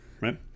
right